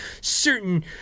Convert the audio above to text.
certain